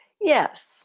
Yes